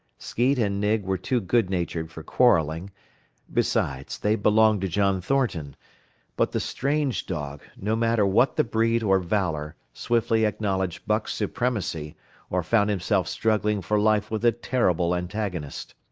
skeet and nig were too good-natured for quarrelling besides, they belonged to john thornton but the strange dog, no matter what the breed or valor, swiftly acknowledged buck's supremacy or found himself struggling for life with a terrible antagonist.